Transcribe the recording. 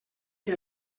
que